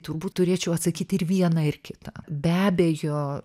turbūt turėčiau atsakyti ir viena ir kita be abejo